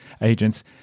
agents